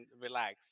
relax